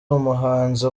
umuhanzi